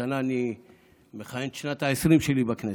השנה אני מכהן את שנת ה-20 שלי בכנסת,